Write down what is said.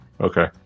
okay